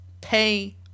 pay